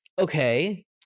Okay